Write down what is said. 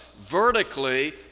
vertically